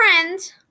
friends